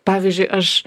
pavyzdžiui aš